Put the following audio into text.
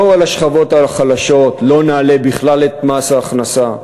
בואו, בשכבות החלשות לא נעלה בכלל את מס ההכנסה,